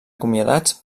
acomiadats